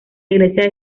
iglesia